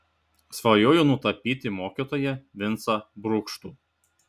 svajoju nutapyti mokytoją vincą brukštų